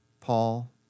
Paul